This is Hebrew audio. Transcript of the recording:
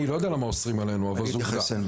אני לא יודע למה אוסרים עלינו, אבל זו עובדה.